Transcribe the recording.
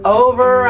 over